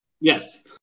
Yes